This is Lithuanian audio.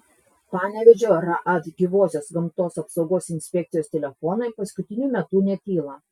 panevėžio raad gyvosios gamtos apsaugos inspekcijos telefonai paskutiniu metu netyla